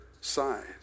side